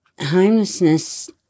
homelessness